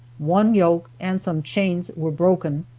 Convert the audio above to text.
one yoke and some chains were broken.